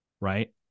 right